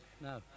No